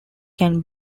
can